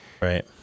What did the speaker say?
Right